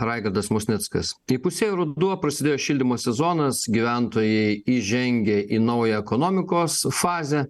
raigardas musnickas įpusėjo ruduo prasidėjo šildymo sezonas gyventojai įžengė į naują ekonomikos fazę